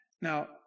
Now